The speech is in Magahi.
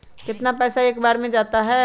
कितना पैसा एक बार में जाता है?